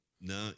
no